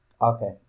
Okay